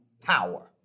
power